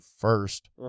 first